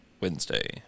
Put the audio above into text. Wednesday